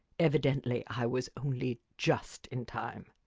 evidently i was only just in time.